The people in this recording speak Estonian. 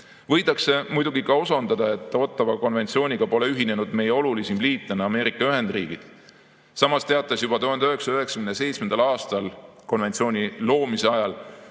Võidakse muidugi ka osundada, et Ottawa konventsiooniga pole ühinenud meie olulisim liitlane Ameerika Ühendriigid. Samas teatas juba 1997. aastal, konventsiooni loomise ajal,